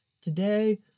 Today